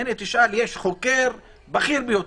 הינה, תשאל, יש פה חוקר בכיר ביותר,